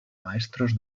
maestros